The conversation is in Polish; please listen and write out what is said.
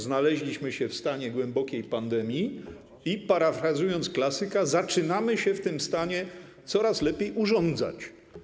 Znaleźliśmy się w stanie głębokiej pandemii i parafrazując klasyka, zaczynamy się w tym stanie coraz lepiej urządzać.